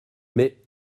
mais